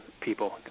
people